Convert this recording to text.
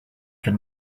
can